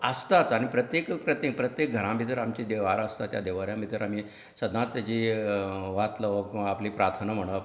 आसताच आनी प्रत्येक प्रत्येक प्रत्येक घरांत भितर आमचे देवारो आसाता त्या देवाऱ्यांत भितर आमी सदांच जी वात लावप किंवां आपली प्रार्थना म्हणप